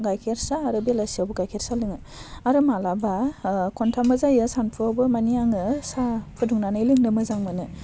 गाइखेर साहा आरो बेलासियावबो गाइखेर साहा लोङो आरो मालाबा ओह खनथामबो जायो सानफुआवबो माने आङो साहा फुदुंनानै लोंनो मोजां मोनो